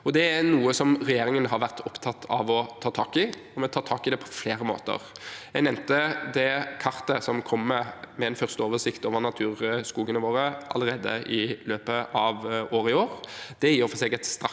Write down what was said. Det er noe som regjeringen har vært opptatt av å ta tak i, og vi tar tak i det på flere måter. Jeg nevnte det kartet med en første oversikt over naturskogene våre, som kommer allerede i løpet av året.